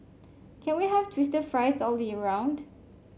can we have twister fries all year round